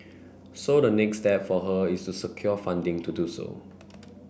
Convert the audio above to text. so the next step for her is to secure funding to do so